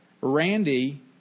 Randy